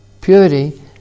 purity